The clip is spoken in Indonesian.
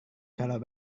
kalau